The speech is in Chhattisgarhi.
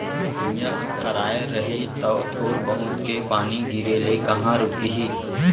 भुइयॉं ह खराय रही तौ थोर बहुत के पानी गिरे ले कहॉं रूकही